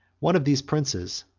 one of these princes,